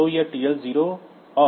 तो यह TL0 और